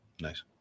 Nice